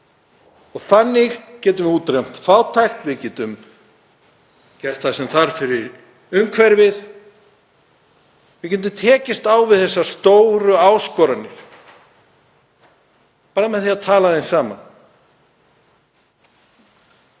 og þannig getum við útrýmt fátækt. Við getum gert það sem þarf fyrir umhverfið. Við getum tekist á við þessar stóru áskoranir bara með því að tala aðeins saman.